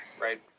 Right